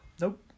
Nope